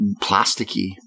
plasticky